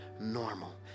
normal